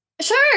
Sure